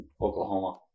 Oklahoma